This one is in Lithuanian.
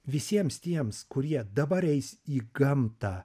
visiems tiems kurie dabar eis į gamtą